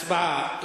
הצבעה.